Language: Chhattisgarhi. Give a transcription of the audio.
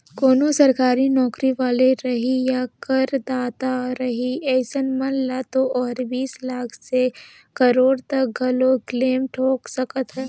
कोनो सरकारी नौकरी वाले रही या करदाता रही अइसन मन ल तो ओहर बीस लाख से करोड़ो तक घलो क्लेम ठोक सकत हे